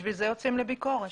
לכן יוצאים לביקורת.